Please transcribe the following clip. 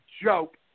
joke